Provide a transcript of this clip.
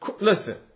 Listen